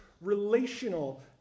relational